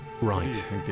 Right